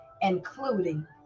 including